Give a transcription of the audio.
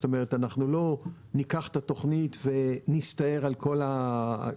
אנחנו לא ניקח את התוכנית ונסתער על כל הארץ.